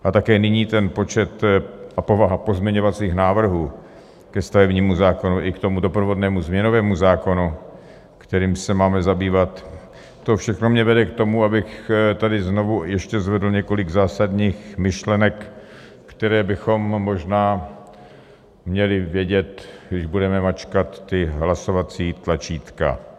A také nyní počet a povaha pozměňovacích návrhů ke stavebnímu zákonu i k tomu doprovodnému změnovému zákonu, kterým se máme zabývat, to všechno mě vede k tomu, abych tady znovu ještě zvedl několik zásadních myšlenek, které bychom možná měli vědět, než budeme mačkat ta hlasovací tlačítka.